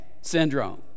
syndrome